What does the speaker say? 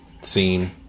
scene